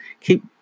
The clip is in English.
keep